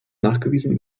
nachgewiesen